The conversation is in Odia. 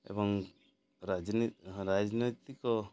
ଏବଂ ରାଜ ରାଜନୈତିକ